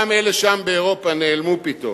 גם אלה שם, באירופה, נעלמו פתאום.